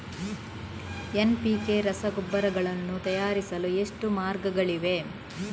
NPK ರಸಗೊಬ್ಬರಗಳನ್ನು ತಯಾರಿಸಲು ಎಷ್ಟು ಮಾರ್ಗಗಳಿವೆ?